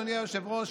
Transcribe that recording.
אדוני היושב-ראש,